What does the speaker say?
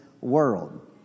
world